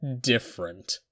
different